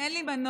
אין לי מנוח.